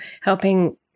helping